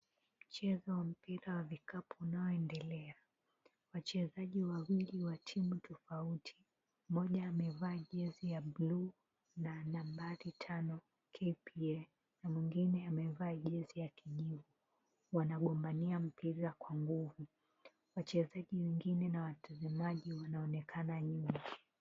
Mchezo wa mpira wa kikapu unaoendelea, wachezaji wawili wa timu tofauti mmoja amevaa jezi ya bluu na nambari tano KPA na mwengine amevaa jezi ya kijivu wanagombania mpira kwa nguvu wachezaji wengine na watazamaji wanaonekana nyuma.